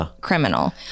criminal